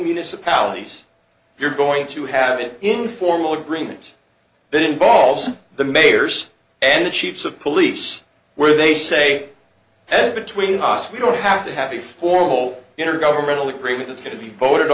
municipalities you're going to have it informal agreement that involves the majors and chiefs of police where they say between us we don't have to have a formal intergovernmental agreement that's going to be voted